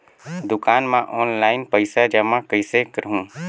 दुकान म ऑनलाइन पइसा जमा कइसे करहु?